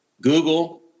Google